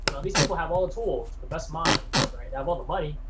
know, these people have all the tools, the best minds, right, and have all the money,